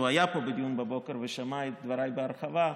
שהיה פה בדיון בבוקר ושמע את דבריי בהרחבה,